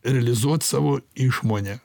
realizuot savo išmonę